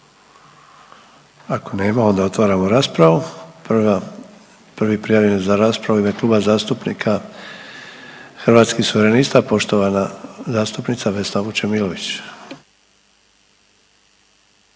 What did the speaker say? Ako nema onda otvaramo raspravu, prva, prvi prijavljeni za raspravu u ime Kluba zastupnika Hrvatskih suverenista poštovana zastupnica Vesna Vučemilović.